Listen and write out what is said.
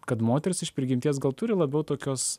kad moteris iš prigimties gal turi labiau tokios